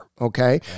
Okay